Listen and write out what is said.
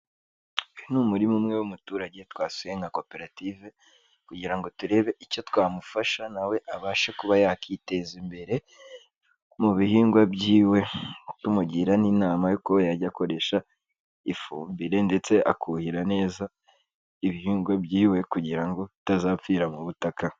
Uyu ni murima umwe w'umuturage twasuye nka koperative kugira ngo turebe icyo twamufasha nawe abashe kuba yakiteza imbere mu bihingwa by'iwe, tumugira n'inama ko yajya akoresha ifumbire ndetse akuhira neza ibihingwa by'iwe kugira ngo bitazapfira mu butaka.